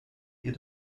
ihr